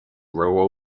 rural